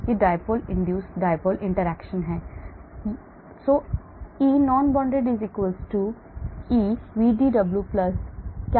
यह dipole induced dipole interaction है